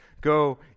Go